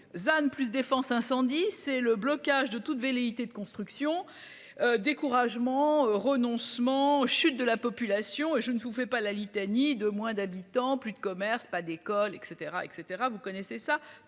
than plus défense incendie c'est le blocage de toute velléité de construction. Découragement renoncement chute de la. Population et je ne vous fais pas la litanie de moins d'habitants, plus de commerces, pas d'école et cetera et cetera. Vous connaissez ça